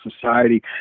society